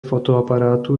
fotoaparátu